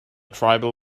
tribal